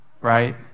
right